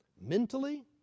mentally